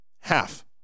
Half